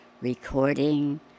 recording